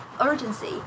urgency